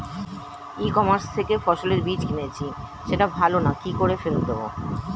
ই commerce থেকে ফসলের বীজ কিনেছি সেটা ভালো না কি করে ফেরত দেব?